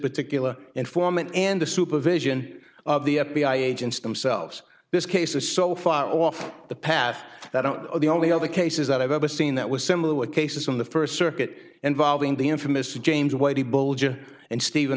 particular informant and the supervision of the f b i agents themselves this case is so far off the path that out of the only other cases that i've ever seen that was similar cases from the first circuit involving the infamous james whitey bulger and stephen